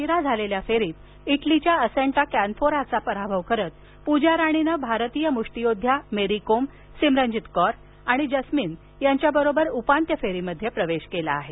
काल रात्री उशिरा झालेल्या फेरीत इटलीच्या अस्संटा कॅनफोराचा पराभव करत पूजा राणीने भारतीय मुष्टियोद्ध्या मेरी कोम सिमरनजीत कौर आणि जस्मिन यांच्यासोबत उपांत्य फेरीत प्रवेश केला आहे